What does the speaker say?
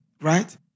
Right